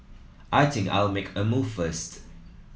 I think I'll make a move first